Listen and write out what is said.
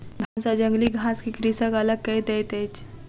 धान सॅ जंगली घास के कृषक अलग कय दैत अछि